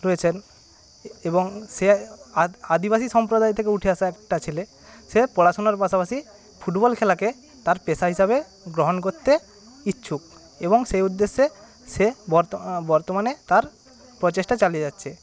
রয়েছেন এবং সে আদ আদিবাসী সম্প্রদায় থেকে উঠে আসা একটা ছেলে সে পড়াশোনার পাশাপাশি ফুটবল খেলাকে তার পেশা হিসাবে গ্রহণ করতে ইচ্ছুক এবং সেই উদ্দেশ্যে সে বর্ত বর্তমানে তার প্রচেষ্টা চালিয়ে যাচ্ছে